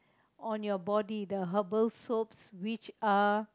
on your body the herbal soaps which are